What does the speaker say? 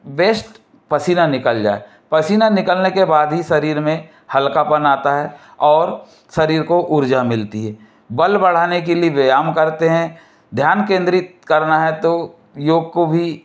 waste पसीना निकल जाए पसीना निकलने के बाद ही शरीर में हल्कापन अता है और शरीर को ऊर्जा मिलती है बल बढ़ाने के लिए व्यायाम करते हैं ध्यान केंद्रित करना है तो योग को भी